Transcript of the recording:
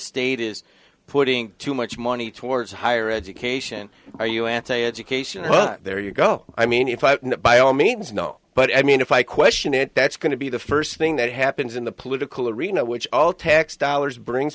state is putting too much money towards higher education are you anti education there you go i mean if i can by all means no but i mean if i question it that's going to be the first thing that happens in the political arena which all tax dollars brings